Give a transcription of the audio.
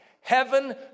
Heaven